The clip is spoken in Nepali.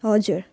हजुर